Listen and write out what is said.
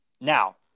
Now